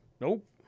Nope